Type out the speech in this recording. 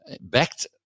backed